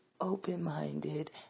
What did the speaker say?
open-minded